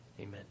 amen